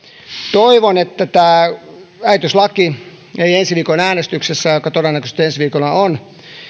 toivon että tämä äitiyslaki ei ensi viikon äänestyksessä joka todennäköisesti ensi viikolla on